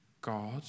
God